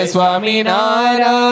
Swaminara